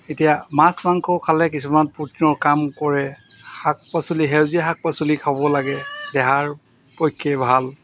এতিয়া মাছ মাংস খালে কিছুমান প্ৰ'টিনৰ কাম কৰে শাক পাচলি সেউজীয়া শাক পাচলি খাব লাগে দেহাৰ পক্ষে ভাল